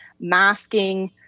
masking